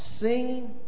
Seen